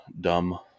dumb